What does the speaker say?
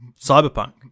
Cyberpunk